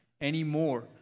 anymore